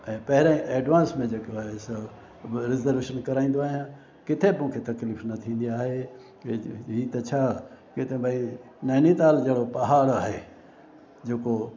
ऐं पहिरियों एडवांस में जेको आहे त रिज़रवेशन कराईंदो आहियां किथे बि तकलीफ़ न थींदी आहे इहा त छा किथे भई नेनीताल जो पहाड़ आहे जेको